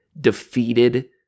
defeated